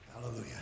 Hallelujah